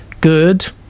good